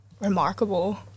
remarkable